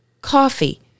coffee